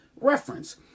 reference